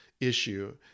issue